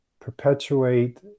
perpetuate